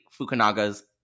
Fukunaga's